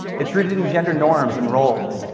it's rooted in gender norms, and roles,